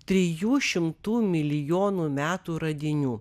trijų šimtų milijonų metų radinių